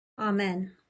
Amen